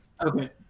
Okay